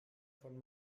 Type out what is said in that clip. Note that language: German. von